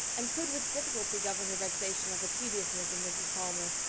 and could with difficulty govern her vexation at the tediousness of mrs. palmer,